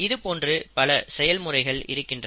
இது போன்று பல செயல் முறைகள் இருக்கின்றன